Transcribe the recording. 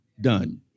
done